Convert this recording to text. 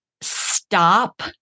stop